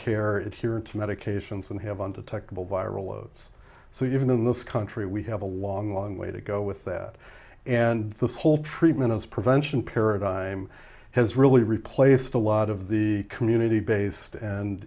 care it here are two medications and haven't detectable viral loads so even in this country we have a long long way to go with that and the whole treatment as prevention paradigm has really replaced a lot of the community based and